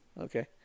Okay